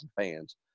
fans